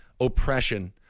oppression